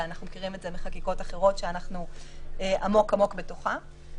ואנחנו מכירים את זה מחקיקות אחרות שאנחנו עמוק עמוק בתוכן.